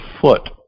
foot